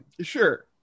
Sure